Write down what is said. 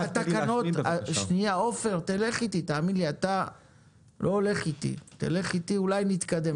עופר, לך אתי ואולי נתקדם.